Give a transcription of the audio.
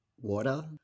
Water